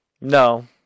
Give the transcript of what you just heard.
No